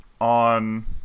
on